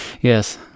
Yes